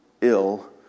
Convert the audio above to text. ill